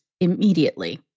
immediately